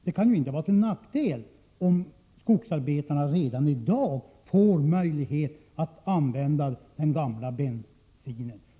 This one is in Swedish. Det kan ju inte vara någon nackdel om skogsarbetarna redan i dag får möjlighet att använda den gamla bensinen.